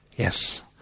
Yes